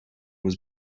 was